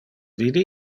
vide